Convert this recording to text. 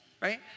Right